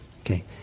Okay